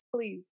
please